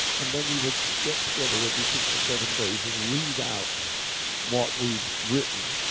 and then we would get together every six or seven days and read out what we'd written.